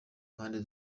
mpande